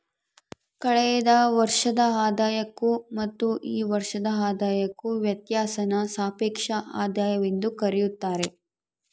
ಕಳೆದ ವರ್ಷದ ಆದಾಯಕ್ಕೂ ಮತ್ತು ಈ ವರ್ಷದ ಆದಾಯಕ್ಕೂ ವ್ಯತ್ಯಾಸಾನ ಸಾಪೇಕ್ಷ ಆದಾಯವೆಂದು ಕರೆಯುತ್ತಾರೆ